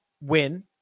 win